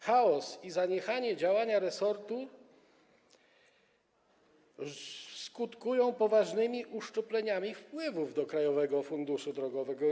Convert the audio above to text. Chaos i zaniechania w działaniach resortu skutkują poważnymi uszczupleniami wpływów do Krajowego Funduszu Drogowego.